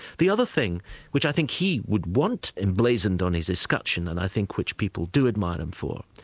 the other thing which i think he would want emblazoned on his escutcheon, and i think which people do admire him for,